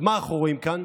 ומה אנחנו רואים כאן?